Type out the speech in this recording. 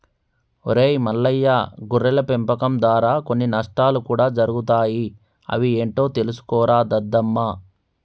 ఒరై మల్లయ్య గొర్రెల పెంపకం దారా కొన్ని నష్టాలు కూడా జరుగుతాయి అవి ఏంటో తెలుసుకోరా దద్దమ్మ